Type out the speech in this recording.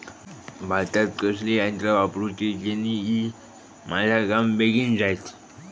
भातात कसली यांत्रा वापरुची जेनेकी माझा काम बेगीन जातला?